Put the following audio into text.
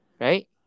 right